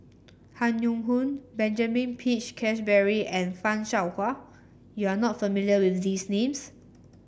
Han Yong Hong Benjamin Peach Keasberry and Fan Shao Hua you are not familiar with these names